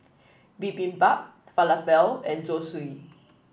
Bibimbap Falafel and Zosui